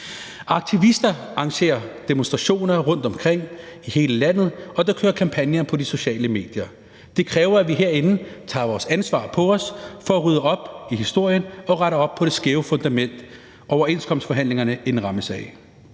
Aktivister arrangerer demonstrationer rundtomkring i hele landet, og der kører kampagner på de sociale medier. De kræver, at vi herinde tager vores ansvar på os for at rydde op i historien og rette op på det skæve fundament, overenskomstforhandlingerne hviler på.